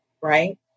right